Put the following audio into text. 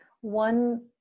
One